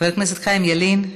חבר הכנסת חיים ילין,